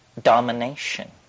Domination